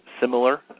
similar